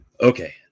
Okay